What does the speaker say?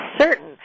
certain